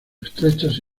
estrechas